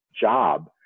job